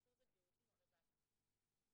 אחוז הגירושין עולה בהתאמה.